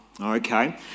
okay